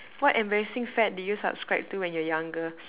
what embarrassing fad did you subscribe to when you're younger